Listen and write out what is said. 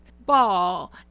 ball